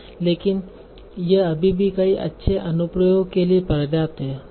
लेकिन यह अभी भी कई अच्छे अनुप्रयोगों के लिए पर्याप्त है